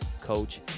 coach